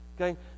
okay